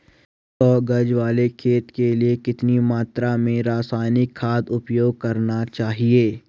सौ गज वाले खेत के लिए कितनी मात्रा में रासायनिक खाद उपयोग करना चाहिए?